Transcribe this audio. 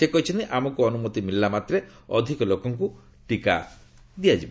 ସେ କହିଛନ୍ତି ଆମକୁ ଅନୁମତି ମିଳିଲାମାତ୍ରେ ଅଧିକ ଲୋକଙ୍କୁ ଟିକା ଦିଆଯିବ